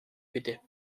bitte